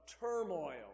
turmoil